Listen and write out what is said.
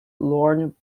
lorne